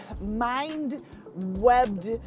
mind-webbed